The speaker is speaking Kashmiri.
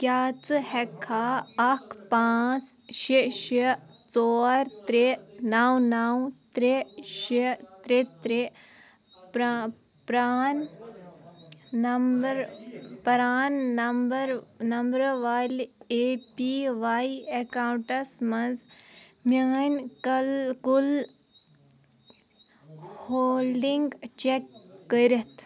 کیٛاہ ژٕ ہیٚککھا اکھ پانٛژھ شےٚ شےٚ ژور ترٛےٚ نَو نَو ترٛےٚ شےٚ ترٛےٚ ترٛےٚ پرٛا پرٛان نمبر پران نمبر نمبرٕ والہِ اے پی واے اٮ۪کاونٹَس منٛز میٲنۍ کلہٕ کُل ہولڈنگ چک کٔرِتھ